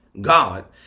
God